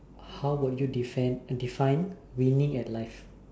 how would you defend uh define winning at life